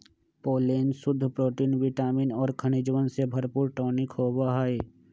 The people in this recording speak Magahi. पोलेन शुद्ध प्रोटीन विटामिन और खनिजवन से भरपूर टॉनिक होबा हई